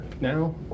now